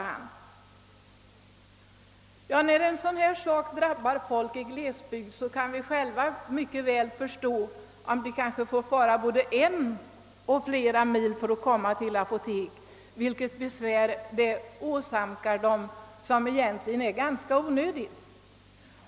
Då en sådan här sak drabbar folk, som bor i glesbygder, kan man mycket väl förstå vilket besvär det åsamkar dem som kanske måste fara både en och flera mil till ett apotek för att hämta medicin, vilket egentligen borde vara onödigt.